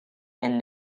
and